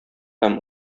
һәм